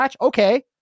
Okay